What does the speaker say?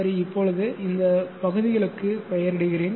சரி இப்போது இந்த பகுதிகளுக்கு பெயரிடுகிறேன்